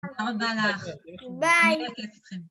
‫תודה רבה לך. ‫-ביי.